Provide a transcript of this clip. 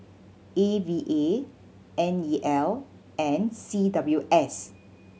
A V A N E L and C W S